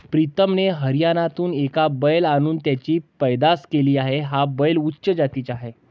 प्रीतमने हरियाणातून एक बैल आणून त्याची पैदास केली आहे, हा बैल उच्च जातीचा आहे